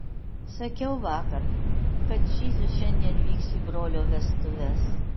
sakiau vakar kad čyžius šiandien vyks į brolio vestuves